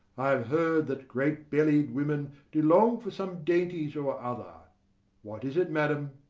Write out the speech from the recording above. i have heard that great-bellied women do long for some dainties or other what is it, madam?